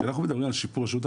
כשאנחנו מדברים על שיפור השירות,